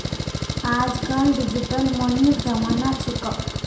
आजकल डिजिटल मनीर जमाना छिको